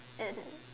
is it